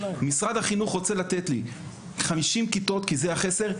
משרד החינוך רוצה לתת לי 50 כיתות כי זה החסר,